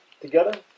together